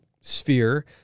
sphere